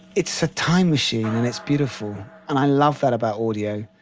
it's a time machine and it's beautiful and i love that about audio.